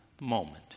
moment